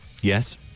yes